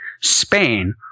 Spain